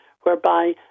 whereby